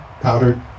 Powdered